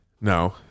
No